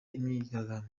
imyigaragambyo